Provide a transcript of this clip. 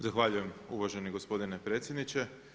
Zahvaljujem uvaženi gospodine predsjedniče.